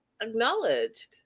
acknowledged